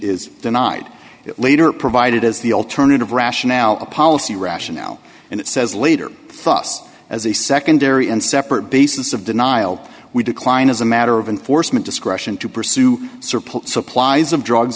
is denied later provided as the alternative rationale policy rationale and it says later thought as a secondary and separate basis of denial we decline as a matter of enforcement discretion to pursue supplies of drugs